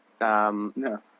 No